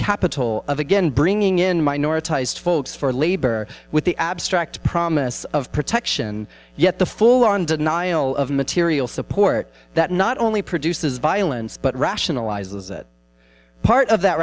capital of again bringing in minority votes for labor with the abstract promise of protection yet the full on denial of material support that not only produces violence but rationalized as part of that